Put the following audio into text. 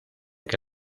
que